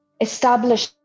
establish